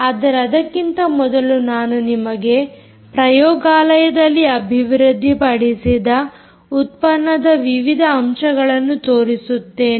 ಆದರೆ ಅದಕ್ಕಿಂತ ಮೊದಲು ನಾನು ನಿಮಗೆ ಪ್ರಯೋಗಾಲಯದಲ್ಲಿ ಅಭಿವೃದ್ದಿ ಪಡಿಸಿದ ಉತ್ಪನ್ನದ ವಿವಿಧ ಅಂಶಗಳನ್ನು ತೋರಿಸುತ್ತೇನೆ